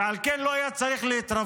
ועל כן לא היה צריך להתרברב.